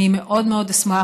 אני מאוד מאוד אשמח,